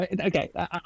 okay